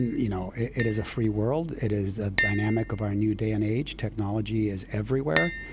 you know, it it is a free world. it is a dynamic of our new day and age, technology is everywhere.